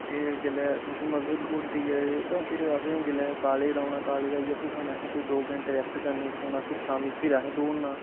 जिसले तुस मतलब दौड़दे है ते जिसले आसे काॅलेज दा औना काॅलेज दा आइयै फिर आसे कोई दो घंटे रेस्ट करनी सोना साना फिर शामी फिर आसे दौड़ना